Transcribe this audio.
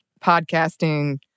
podcasting